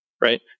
Right